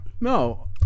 No